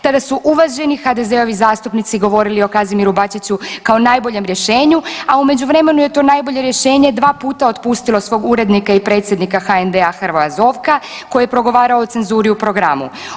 Tada su uvaženi HDZ-ovi zastupnici govorili o Kazimiru Bačiću kao najboljem rješenju, a u međuvremenu je to najbolje rješenje dva puta otpustilo svog urednika i predsjednika HND-a, Hrvoja Zovka, koji je progovarao o cenzuri u programu.